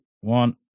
one